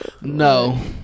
No